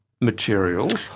material